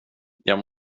jag